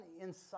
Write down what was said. inside